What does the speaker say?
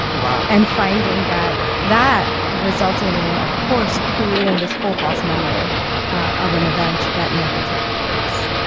wow. and finding that that resulted in, of course, creating this whole false memory of an event that never took place.